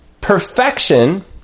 perfection